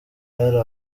hari